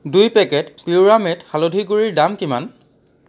দুই পেকেট পিউৰামেট হালধি গুড়িৰ দাম কিমান